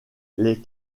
les